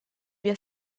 wir